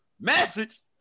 Message